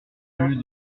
rue